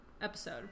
episode